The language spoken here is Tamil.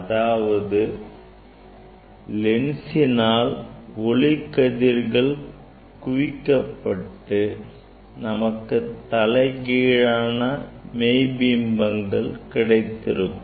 அதாவது இந்த லென்ஸினால் ஒளிக்கதிர்கள் குவிக்கப்பட்டு நமக்கு தலைகீழான மெய் பிம்பங்கள் கிடைத்திருக்கும்